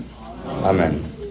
amen